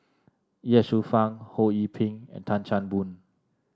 Ye Shufang Ho Yee Ping and Tan Chan Boon